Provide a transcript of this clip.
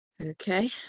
Okay